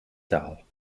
taal